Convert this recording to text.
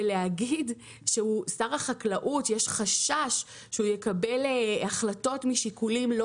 להגיד שיש חשש ששר החקלאות יקבל החלטות משיקולים לא